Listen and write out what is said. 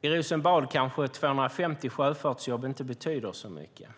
I Rosenbad kanske 250 sjöfartsjobb inte betyder så mycket.